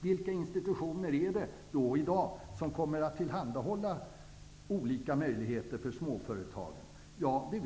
Vilka institutioner är det då i dag som kommer att tillhandahålla olika möjligheter för småföretagen?